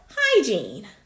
hygiene